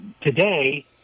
today